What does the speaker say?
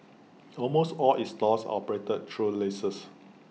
almost all its stores are operated through leases